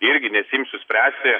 irgi nesiimsiu spręsti